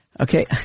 Okay